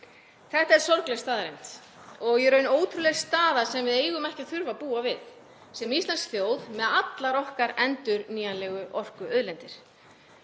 Þetta er sorgleg staðreynd og í raun ótrúleg staða sem við eigum ekki að þurfa að búa við sem íslensk þjóð með allar okkar endurnýjanlegu orkuauðlindir.